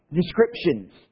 descriptions